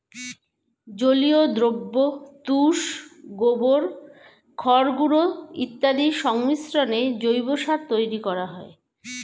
জলীয় দ্রবণ, তুষ, গোবর, খড়গুঁড়ো ইত্যাদির সংমিশ্রণে জৈব সার তৈরি করা হয়